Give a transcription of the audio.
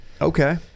Okay